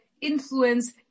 Influence